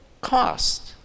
cost